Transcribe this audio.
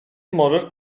możesz